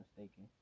mistaken